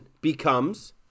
becomes